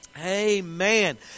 Amen